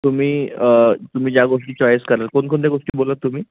तुम्ही तुम्ही ज्या गोष्टी चॉईस कराल कोणकोणत्या गोष्टी बोललात तुम्ही